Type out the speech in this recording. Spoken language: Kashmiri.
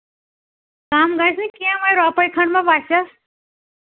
کَم گژھِ نہٕ کیٚنہہ وۄنۍ رۄپَے کھٔنٛڈ مَہ وَسٮ۪س